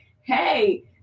hey